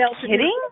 kidding